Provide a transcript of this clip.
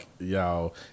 y'all